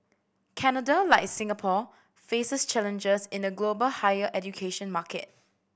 Canada like Singapore faces challenges in a global higher education market